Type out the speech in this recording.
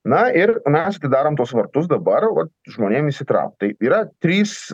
na ir mes atidarom tuos vartus dabar vat žmonėm įsitraukt tai yra trys